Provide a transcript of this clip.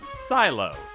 Silo